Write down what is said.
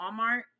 Walmart